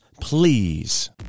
please